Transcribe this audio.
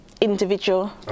individual